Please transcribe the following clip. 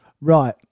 Right